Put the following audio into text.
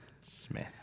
Smith